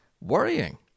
worrying